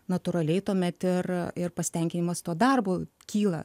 natūraliai tuomet ir ir pasitenkinimas tuo darbu kyla